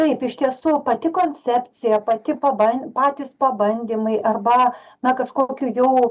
taip iš tiesų koncepcija pati paban patys pabandymai arba na kažkokių jau